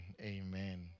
Amen